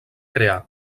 crear